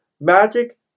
Magic